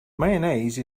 mayonnaise